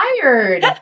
tired